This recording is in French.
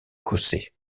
cossé